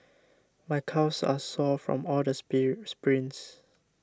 my calves are sore from all the sprit sprints